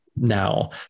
Now